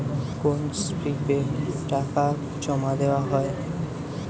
কোন স্লিপে টাকা জমাদেওয়া হয়?